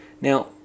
Now